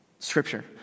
scripture